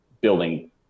building